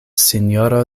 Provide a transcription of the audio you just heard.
sinjoro